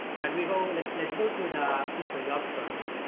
can we go let's let's go to the history options,